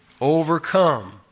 Overcome